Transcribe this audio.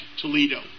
Toledo